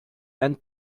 and